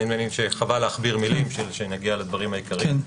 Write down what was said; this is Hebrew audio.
אבל חבל להכביר מילים בשביל שנגיע לדברים העיקריים.